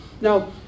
now